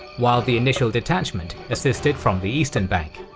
while the initial detachment assisted from the eastern bank.